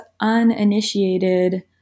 uninitiated